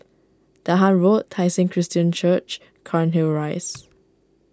Dahan Road Tai Seng Christian Church Cairnhill Rise